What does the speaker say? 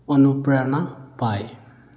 অনুপ্ৰেৰণা পায়